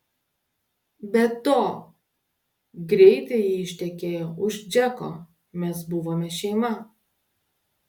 be to greitai ji ištekėjo už džeko mes buvome šeima